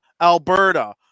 Alberta